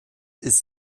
ist